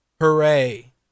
Hooray